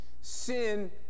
Sin